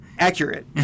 Accurate